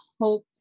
hope